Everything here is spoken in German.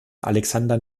alexander